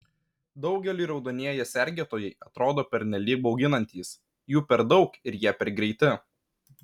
daugeliui raudonieji sergėtojai atrodo pernelyg bauginantys jų per daug ir jie per greiti